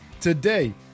Today